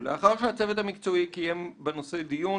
"ולאחר שהצוות המקצועי קיים בנושא דיון,